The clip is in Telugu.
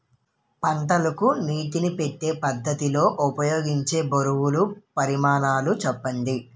పంటలకు నీటినీ పెట్టే పద్ధతి లో ఉపయోగించే బరువుల పరిమాణాలు చెప్పండి?